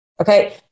Okay